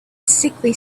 sickly